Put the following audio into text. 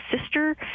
sister